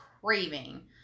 craving